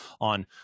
on